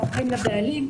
הם אומרים לבעלים,